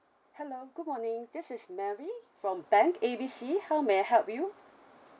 hello good morning this is mary from bank A B C how may I help you